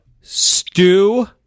Stew